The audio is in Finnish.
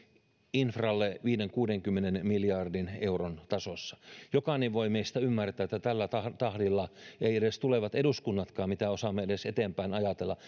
infralle viidenkymmenen viiva kuudenkymmenen miljardin euron tasossa jokainen meistä voi ymmärtää että tällä tahdilla ei edes tulevat eduskunnatkaan mitä osaamme edes eteenpäin ajatella